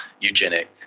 eugenic